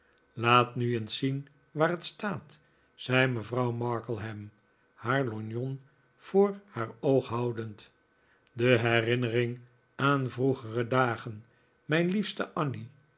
laat nu eens zien waar het staat zei mevrouw markleham haar lorgnon voor haar oog houdend de herinnering aan vroegere dagen mijn liefste annie